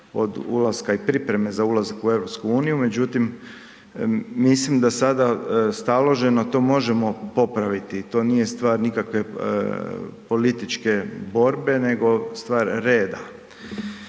od ulaska i pripreme za ulazak u EU. Međutim, mislim da sada staloženo to možemo popraviti. To nije stvar nikakve političke borbe, nego stvar reda.